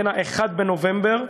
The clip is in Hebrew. בין 1 בנובמבר,